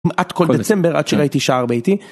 עד כל דצמבר עד שראיתי שער ביתי.